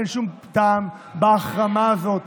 אין שום טעם בהחרמה הזאת.